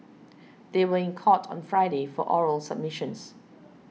they were in court on Friday for oral submissions